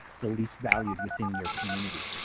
the least valued within your community.